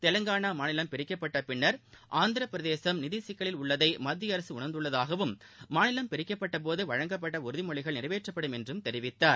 தெலங்கானா மாநிலம் பிரிக்கப்பட்டப் பின்னர் ஆந்திரப் பிரதேசும் நிதி சிக்கலில் உள்ளதை மத்திய அரசு உணர்ந்துள்ளதாகவும் மாநிலம் பிரிக்கப்பட்ட போது வழங்கப்பட்ட உறுதிமொழிகள் நிறைவேற்றப்படும் என்றும் தெரிவித்தார்